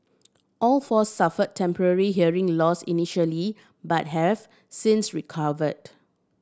all four suffered temporary hearing loss initially but have since recovered